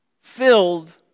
filled